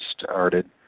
started